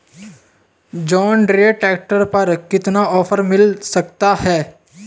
John Deere tractor पर कितना offer मिल सकता है?